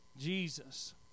Jesus